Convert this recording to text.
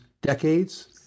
decades